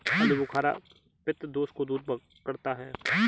आलूबुखारा पित्त दोष को दूर करता है